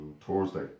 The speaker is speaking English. Thursday